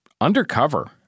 undercover